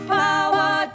power